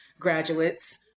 graduates